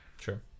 sure